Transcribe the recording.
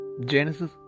genesis